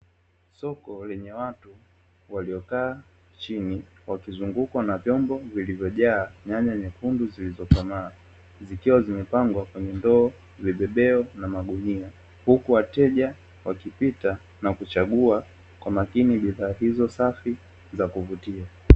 Soko lenye watu waliokaa chini wakizungukwa na vyombo vilivyojaa nyanya nyekundu zilizokomaa zikiwa zimepangwa kwenye ndoo, vibebeo na magunia huku wateja wakipita na kuchagua bidhaa hizo safi na kuvutia.